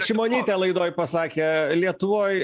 šimonytė laidoj pasakė lietuvoj